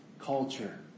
culture